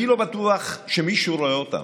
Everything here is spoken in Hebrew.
אני לא בטוח שמישהו רואה אותם.